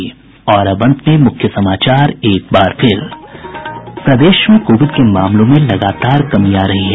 और अब अंत में मुख्य समाचार एक बार फिर प्रदेश में कोविड के मामलों में लगातार कमी आ रही है